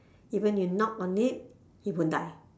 even you knock on it he won't die